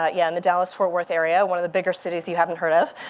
but yeah, in the dallas, fort worth area. one of the bigger cities you haven't heard of.